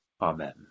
Amen